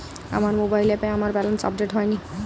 আমার মোবাইল অ্যাপে আমার ব্যালেন্স আপডেট হয়নি